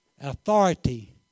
Authority